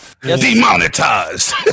Demonetized